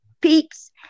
peeps